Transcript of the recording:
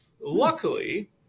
luckily